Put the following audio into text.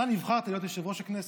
אתה נבחרת להיות יושב-ראש הכנסת.